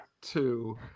two